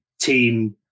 team